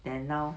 then now